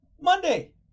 Monday